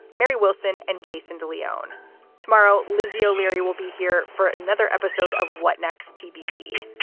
mary wilson and jason de leone tomorrow. lizzie o'leary will be here for another episode of what next? tbd.